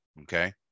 Okay